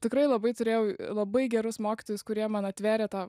tikrai labai turėjau labai gerus mokytojus kurie man atvėrė tą